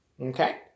Okay